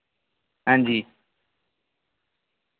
हांजी